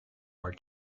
are